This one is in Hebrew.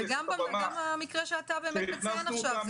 וגם המקרה שאתה באמת מציין עכשיו.